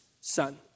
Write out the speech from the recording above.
son